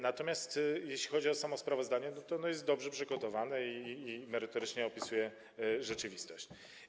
Natomiast jeśli chodzi o samo sprawozdanie, jest ono dobrze przygotowane, merytorycznie opisuje rzeczywistość.